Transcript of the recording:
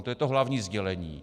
To je to hlavní sdělení.